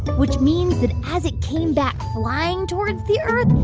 which means that, as it came back flying towards the earth,